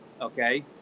okay